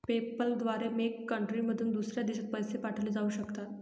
PayPal द्वारे मेक कंट्रीमधून दुसऱ्या देशात पैसे पाठवले जाऊ शकतात